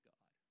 God